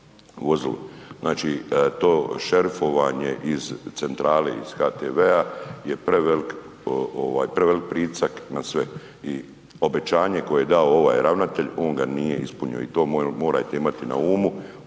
Značim to šerifovanje iz centrale, iz HTV-a je prevelik pritisak na sve i obećanje koje je dao ovaj ravnatelj, on ga nije ispunio i to morate imati na umu,